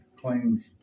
claims